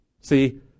See